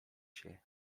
się